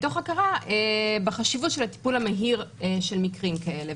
מתוך הכרה בחשיבות של הטיפול המהיר של מקרים כאלה,